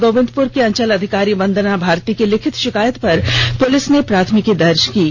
गोविंदप्र की अंचलाधिकारी वंदना भारती की लिखित शिकायत पर पुलिस ने प्राथमिकी दर्ज किया है